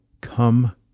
Come